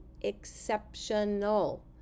exceptional